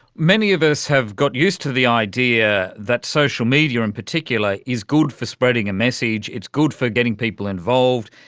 many of us have got used to the idea that social media in particular is good for spreading a message, it's good for getting people involved,